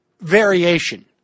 variation